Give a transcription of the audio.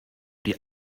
die